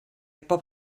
pot